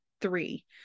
three